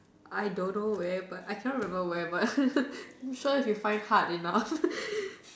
I don't know where but I cannot remember where but I'm sure if you find hard enough